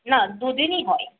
না দুদিনই হয়